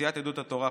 סיעת יהדות התורה,